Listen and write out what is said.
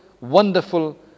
wonderful